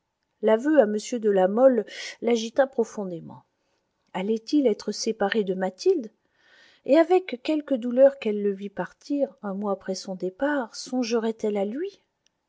l'aveu à m de la mole l'agita profondément allait-il être séparé de mathilde et avec quelque douleur qu'elle le vît partir un mois après son départ songerait elle à lui